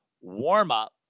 warm-up